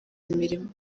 imirimo